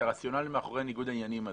הרציונל מאחורי ניגוד העניינים הזה.